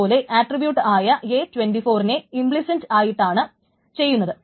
അതുപോലെ ആട്രിബ്യൂട്ടായ a24 നെ ഇംപ്ലിസിറ്റ് ആയിട്ടാണ് ചെയ്യുന്നത്